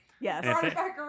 Yes